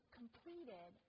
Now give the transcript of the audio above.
completed